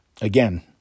again